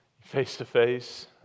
face-to-face